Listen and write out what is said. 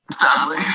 Sadly